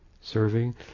serving